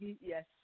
Yes